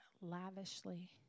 lavishly